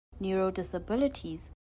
neurodisabilities